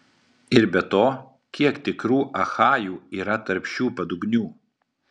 ir be to kiek tikrų achajų yra tarp šių padugnių